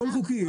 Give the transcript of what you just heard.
הכול חוקי.